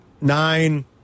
nine